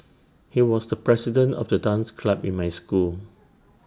he was the president of the dance club in my school